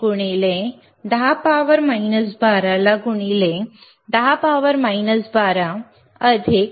01 गुणिले 10 12 ला 2 गुणिले 10 12 अधिक 0